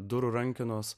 durų rankenos